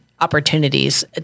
opportunities